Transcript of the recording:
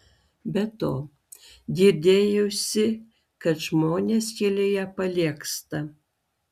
be to girdėjusi kad žmonės kelyje paliegsta